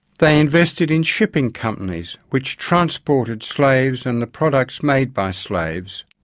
they invested in shipping companies which transported slaves and the products made by slaves,